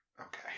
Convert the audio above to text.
Okay